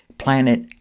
planet